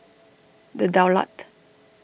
the Daulat